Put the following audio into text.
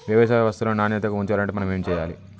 వ్యవసాయ వస్తువులను నాణ్యతగా ఉంచాలంటే ఏమి చెయ్యాలే?